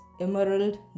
emerald